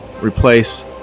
replace